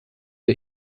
der